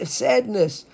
sadness